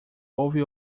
houve